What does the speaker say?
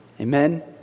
amen